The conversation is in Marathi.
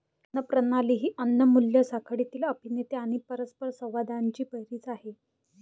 अन्न प्रणाली ही अन्न मूल्य साखळीतील अभिनेते आणि परस्परसंवादांची बेरीज आहे